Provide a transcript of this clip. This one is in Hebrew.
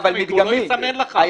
אבל אתה יכול לסמן לך.